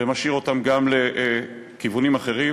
ומשאיר אותם גם לכיוונים אחרים,